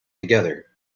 together